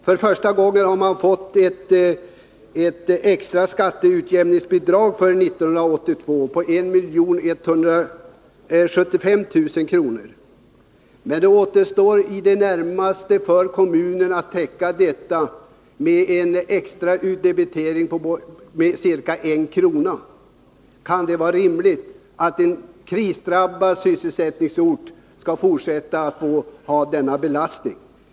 För första gången har man fått ett extra skatteutjämningsbidrag på 1 175 000 kr. för 1982. Det återstår i det närmaste för kommunen att täcka detta med en extra utdebitering med ca 1 kr. Kan det vara rimligt att en från sysselsättningssynpunkt krisdrabbad ort skall behöva ha denna belastning i fortsättningen?